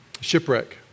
Shipwreck